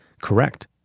correct